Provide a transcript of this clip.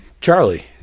Charlie